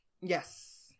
Yes